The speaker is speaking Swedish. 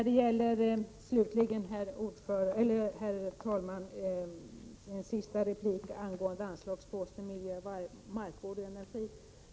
Jag vill slutligen ge en sista replik när det gäller anslagsposten miljö, markvård och energi.